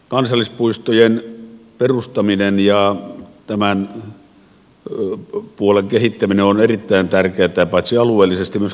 kansallispuistojen perustaminen ja tämän puolen kehittäminen on erittäin tärkeätä paitsi alueellisesti myös kansallisesti